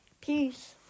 Peace